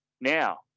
Now